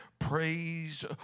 Praise